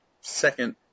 second